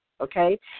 okay